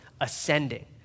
ascending